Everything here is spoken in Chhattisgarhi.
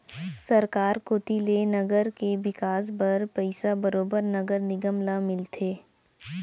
सरकार कोती ले नगर के बिकास बर पइसा बरोबर नगर निगम ल मिलथे